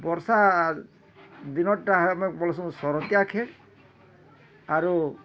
ବର୍ଷା ଦିନରଟା ଆମେ ବୋଲୁଛଁ ଶରତିଆ ଖେତ୍ ଆରୁ